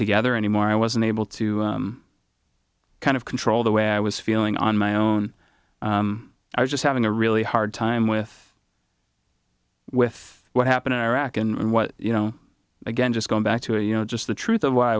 together anymore i wasn't able to kind of control the way i was feeling on my own i was just having a really hard time with with what happened in iraq and what you know again just going back to you know just the truth of wh